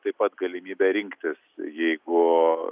taip pat galimybę rinktis jeigu